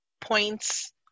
points